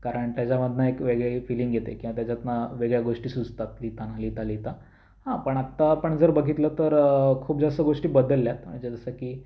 कारण त्याच्यामधनं एक वेगळी फिलींग येते किंवा त्याच्यातनं वेगळ्या गोष्टी सुचतात लिहिताना लिहिता लिहिता हां पण आत्ता आपण जर बघितलं तर खूप जास्त गोष्टी बदलल्यात म्हणजे जसं की